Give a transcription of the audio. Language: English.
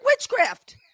witchcraft